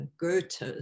Goethe